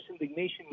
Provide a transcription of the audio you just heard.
indignation